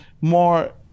more